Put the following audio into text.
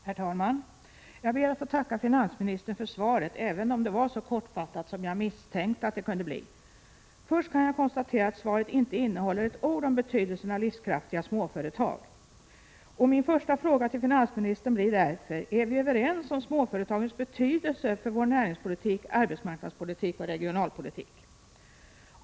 Herr talman! Jag ber att få tacka finansministern för svaret, även om det var så kortfattat som jag misstänkte att det kunde bli. Först kan jag konstatera att svaret inte innehåller ett ord om betydelsen av livskraftiga småföretag. Min första fråga till finansministern blir därför: Är vi överens om småföretagens betydelse för vår näringspolitik, arbetsmarknadspolitik och regionalpolitik?